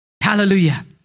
Hallelujah